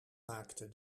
maakte